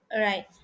Right